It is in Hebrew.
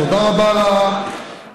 תודה רבה על הדברים.